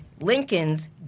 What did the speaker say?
Lincoln's